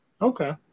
Okay